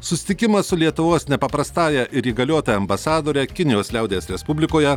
susitikimas su lietuvos nepaprastąja ir įgaliotąja ambasadore kinijos liaudies respublikoje